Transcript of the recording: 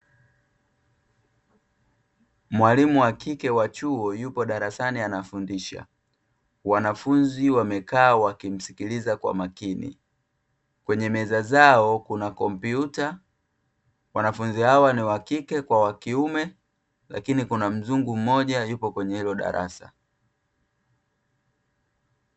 Mwalimu wa kike wa chuo yuko darasani anafundisha, wanafunzi wamekaa wakimsikiliza kwa makini. Kwenye meza zao kuna komputa ; wanafunzi hao ni wakike kwa kiume, lakini kuna mzungu mmoja yuko kwenye hilo darasa.